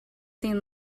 seen